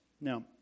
Now